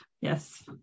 Yes